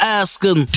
asking